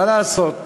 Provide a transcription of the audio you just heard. מה לעשות,